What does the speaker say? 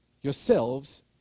yourselves